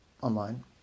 online